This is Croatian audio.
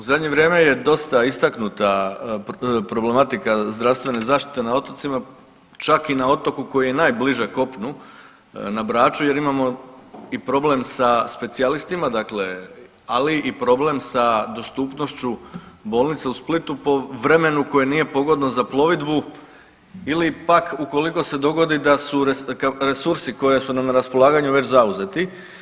U zadnje vrijeme je dosta istaknuta problematika zdravstvene zaštite na otocima, čak i na otoku koji je najbliže kopnu na Braču jer imamo i problem sa specijalistima, dakle ali i problem sa dostupnošću bolnice u Splitu koje nije pogodno za plovidbu ili pak ukoliko se dogodi da su resursi koji su nam na raspolaganju već zauzeti.